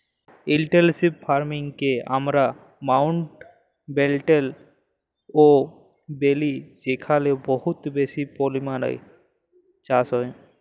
intensive farming কে আমরা মাউল্টব্যাটেল ও ব্যলি যেখালে বহুত বেশি পরিমালে চাষ হ্যয়